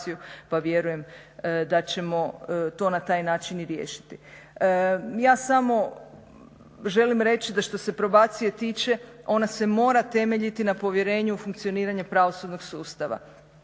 pa vjerujem da ćemo to na taj način i riješiti. Ja samo želim reći da što se probacije tiče ona se mora temeljiti na povjerenju funkcioniranja pravosudnog sustava.